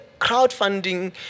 crowdfunding